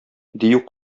дию